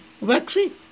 vaccine